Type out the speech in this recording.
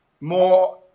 more